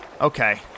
Okay